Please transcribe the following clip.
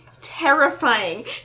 terrifying